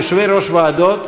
ליושבי-ראש ועדות,